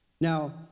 Now